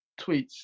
tweets